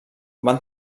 van